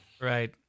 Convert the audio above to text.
Right